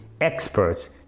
experts